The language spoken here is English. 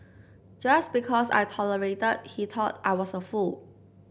just because I tolerated he thought I was a fool